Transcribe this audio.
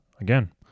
again